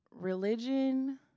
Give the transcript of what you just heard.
religion